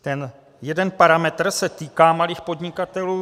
Ten jeden parametr se týká malých podnikatelů.